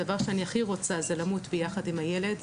הדבר שאני הכי רוצה זה למות ביחד עם הילד,